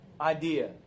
idea